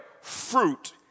fruit